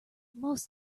most